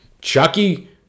Chucky